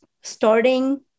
starting